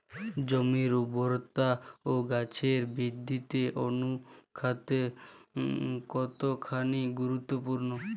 জমির উর্বরতা ও গাছের বৃদ্ধিতে অনুখাদ্য কতখানি গুরুত্বপূর্ণ?